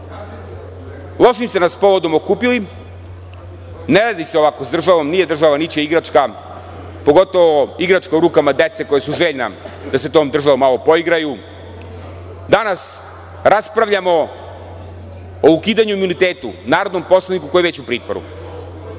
lošim ste nas povodom okupili, ne radi se lako sa državom, nije država ničija igračka pogotovo igračka u rukama dece koja su željna da se tom državom pomalo poigraju. Danas raspravljamo o ukidanju imuniteta narodnom poslaniku koji je već u pritvoru.